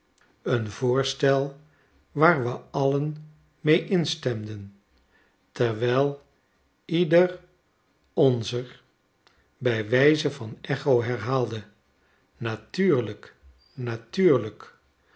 een voorstel waar we alien mee instemden terwijl ieder onzer bij wijze van echo herhaalde natuurlijk natuuriijk